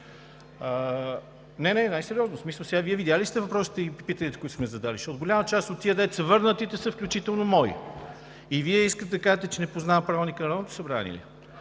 не – най-сериозно. Вие видели ли сте въпросите и питанията, които сме задали? Защото голяма част от тези, които са върнати, са включително и мои. И Вие искате да кажете, че не познавам Правилника на Народното събрание ли?